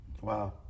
wow